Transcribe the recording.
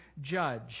judge